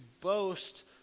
boast